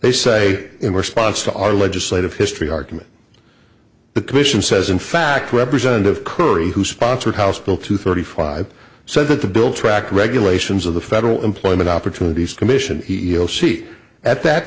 they say in response to our legislative history argument the commission says in fact representative currie who sponsored house bill two thirty five said that the bill track regulations of the federal employment opportunities commission he'll see at that